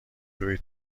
روی